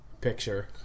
Picture